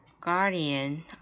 guardian